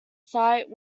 site